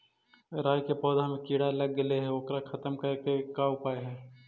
राई के पौधा में किड़ा लग गेले हे ओकर खत्म करे के का उपाय है?